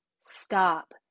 stop